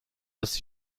das